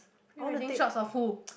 pre wedding shots of who